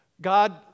God